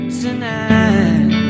tonight